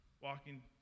walking